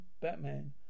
Batman